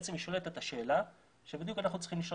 ובעצם היא שואלת את השאלה שבדיוק אנחנו צריכים לשאול